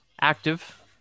active